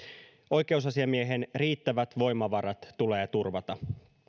oikeusasiamiehen riittävät voimavarat tulee turvata